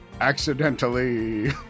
Accidentally